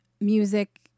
music